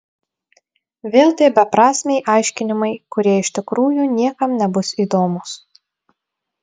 vėl tie beprasmiai aiškinimai kurie iš tikrųjų niekam nebus įdomūs